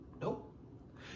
Nope